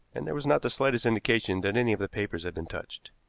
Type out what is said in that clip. and there was not the slightest indication that any of the papers had been touched.